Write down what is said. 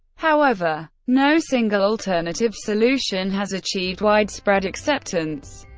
however, no single alternative solution has achieved widespread acceptance.